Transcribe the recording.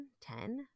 ten